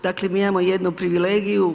Dakle, mi imamo jednu privilegiju.